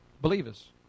believers